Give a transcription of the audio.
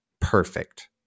Perfect